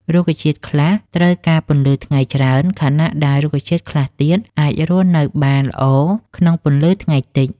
រុក្ខជាតិខ្លះត្រូវការពន្លឺថ្ងៃច្រើន ខណៈដែលរុក្ខជាតិខ្លះទៀតអាចរស់នៅបានល្អក្នុងពន្លឺថ្ងៃតិច។